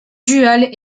dual